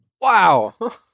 Wow